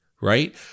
right